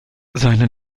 seine